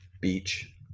beach